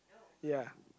ya